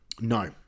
No